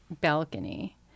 balcony